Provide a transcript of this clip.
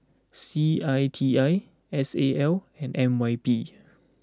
C I T I S A L and N Y P